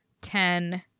ten